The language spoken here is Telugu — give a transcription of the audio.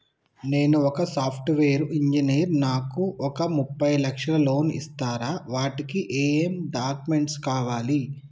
నేను ఒక సాఫ్ట్ వేరు ఇంజనీర్ నాకు ఒక ముప్పై లక్షల లోన్ ఇస్తరా? వాటికి ఏం డాక్యుమెంట్స్ కావాలి?